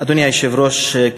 אדוני היושב-ראש,